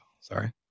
sorry